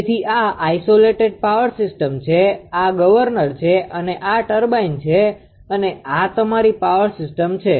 તેથી આ isolated power system છે આ ગવર્નર છે આ ટર્બાઇન છે અને આ તમારી પાવર સિસ્ટમ છે